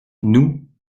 nous